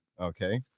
Okay